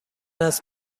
است